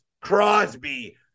Crosby